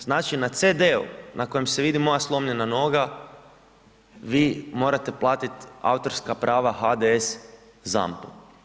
Znači na CD-u na kojem se vidi moja slomljena noga vi morate platiti autorska prava HDS ZAMP-u.